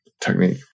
technique